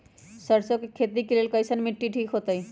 सरसों के खेती के लेल कईसन मिट्टी ठीक हो ताई?